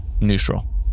neutral